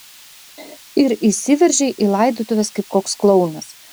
ir įsiveržei į laidotuves kaip koks klounas